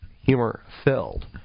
humor-filled